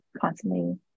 constantly